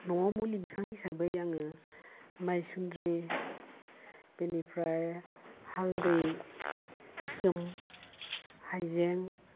न'वाव मुलि बिफां हिसाबै आङो माइसुन्द्रि बेनिफ्राय हालदै गोसोम हाइजें